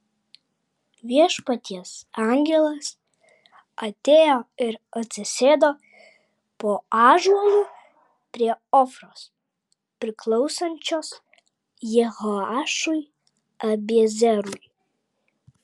viešpaties angelas atėjo ir atsisėdo po ąžuolu prie ofros priklausančios jehoašui abiezerui